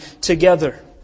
together